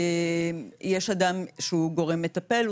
יש אדם שהוא גורם מטפל,